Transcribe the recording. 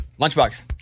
Lunchbox